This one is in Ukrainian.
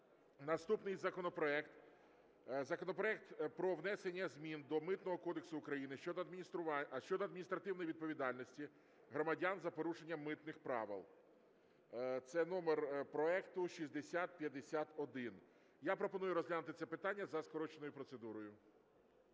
Наступний законопроект – законопроект про внесення змін до Митного кодексу України щодо адміністративної відповідальності громадян за порушення митних правил, це номер проекту 6051. Я пропоную розглянути це питання за скороченою процедурою.